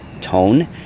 tone